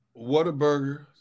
Whataburger